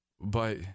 But